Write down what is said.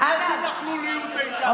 אז איזו נכלוליות הייתה פה?